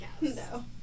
No